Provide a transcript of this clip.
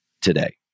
today